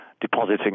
depositing